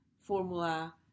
formula